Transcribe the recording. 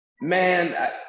Man